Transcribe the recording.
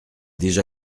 déjà